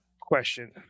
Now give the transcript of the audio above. question